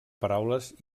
paraules